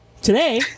Today